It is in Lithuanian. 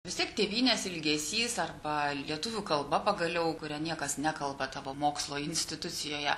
vis tiek tėvynės ilgesys arba lietuvių kalba pagaliau kuria niekas nekalba tavo mokslo institucijoje